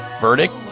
Verdict